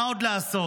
מה עוד לעשות?